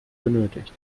benötigt